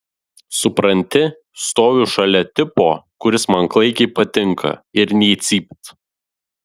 supranti stoviu šalia tipo kuris man klaikiai patinka ir nė cypt